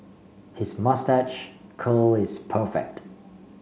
his moustache curl is perfect